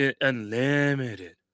Unlimited